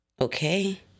Okay